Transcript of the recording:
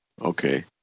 Okay